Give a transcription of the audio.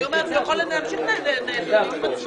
אומרת ששר הכלכלה יכול להמשיך לנהל את הדיון.